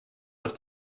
nach